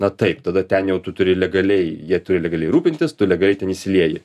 na taip tada ten jau tu turi legaliai jie turi legaliai rūpintis tu legaliai ten įsilieji